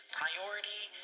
priority